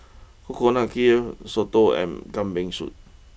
Coconut Kuih Soto and Kambing Soup